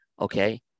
Okay